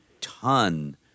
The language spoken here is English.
ton